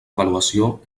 avaluació